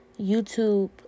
YouTube